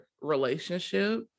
relationship